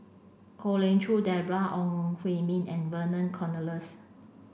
Kwek Leng Joo Deborah Ong Hui Min and Vernon Cornelius